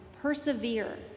Persevere